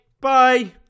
bye